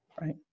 right